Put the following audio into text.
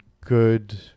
good